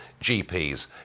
GPs